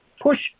push